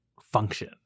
function